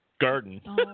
garden